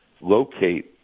locate